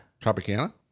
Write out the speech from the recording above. Tropicana